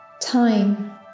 Time